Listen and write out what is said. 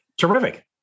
Terrific